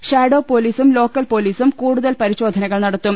shadow പൊലീസും local പൊലീസും കൂടു തൽ പരിശോധനകൾ നടത്തും